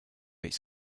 its